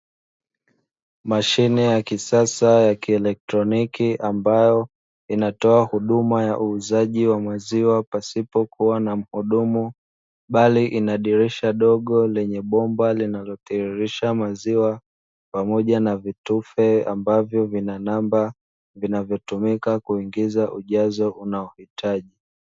Mashine ya kisasa ya kielektroniki ambayo inatoa huduma ya uuzaji wa maziwa pasipokuwa na mhudumu. Bali ina dirisha dogo lenye bomba linalotiririsha maziwa pamoja na vitufe ambavyo vina namba vinavyotumika kuingiza ujazo unaohitaji.